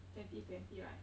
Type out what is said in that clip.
twenty twenty right